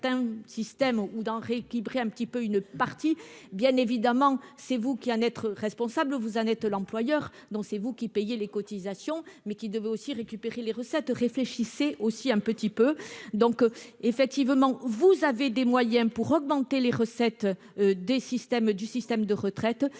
ou dans rééquilibrer un petit peu une partie, bien évidemment, c'est vous qui en être. Vous, Annette l'employeur dans c'est vous qui payez les cotisations mais qui devait aussi récupérer les recettes réfléchissez aussi un petit peu donc effectivement vous avez des moyens pour augmenter les recettes des systèmes du système